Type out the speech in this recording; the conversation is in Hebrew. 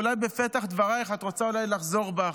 אולי בפתח דברייך את רוצה אולי לחזור בך,